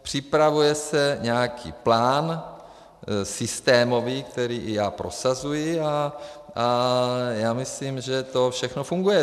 Připravuje se nějaký systémový plán, který i já prosazuji, a já myslím, že to všechno funguje.